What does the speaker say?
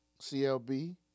CLB